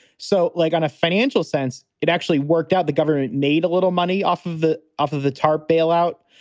so like on a financial sense, it actually worked out. the government made a little money off of the off of the tarp bailout,